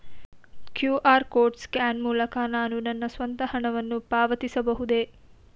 QR code scan ಮೂಲಕ ನಾನು ನನ್ನ ಸ್ವಂತ ಹಣವನ್ನು ಪಾವತಿಸಬಹುದೇ?